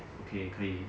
okay 可以